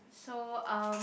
so um